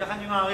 כך אני מעריך.